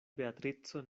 beatrico